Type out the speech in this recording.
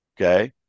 Okay